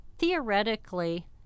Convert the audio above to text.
theoretically